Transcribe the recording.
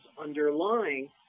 underlying